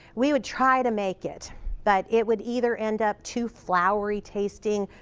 we would try to make it but it would either end up too floury tasting,